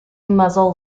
muzzle